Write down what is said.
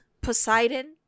Poseidon